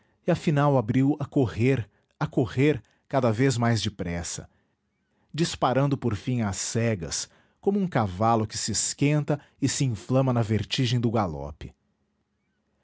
afinal abriu a correr a correr cada vez mais depressa disparando por fim às cegas como um cavalo que se esquenta e se inflama na vertigem do galope